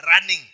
running